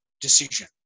decision